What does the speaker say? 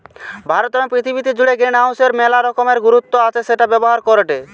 ভারতে এবং পৃথিবী জুড়ে গ্রিনহাউসের মেলা রকমের গুরুত্ব আছে সেটা ব্যবহার করেটে